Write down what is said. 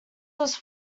was